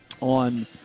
on